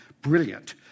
Brilliant